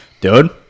dude